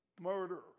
murder